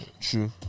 True